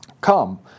Come